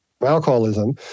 alcoholism